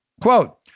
Quote